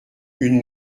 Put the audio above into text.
une